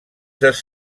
ses